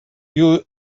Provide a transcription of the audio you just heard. you